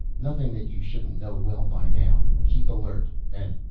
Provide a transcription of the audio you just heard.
nothing that you shouldn't know well by now. keep alert. and.